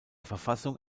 verfassung